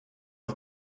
auf